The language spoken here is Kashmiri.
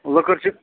لٔکٕر چھِ